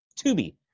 Tubi